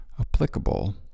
applicable